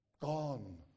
Gone